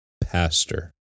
pastor